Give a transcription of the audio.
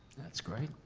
that's great,